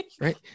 right